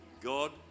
God